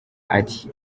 ati